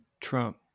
Trump